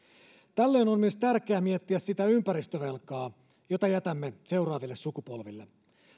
tällöin on myös tärkeä miettiä sitä ympäristövelkaa jota jätämme seuraaville sukupolville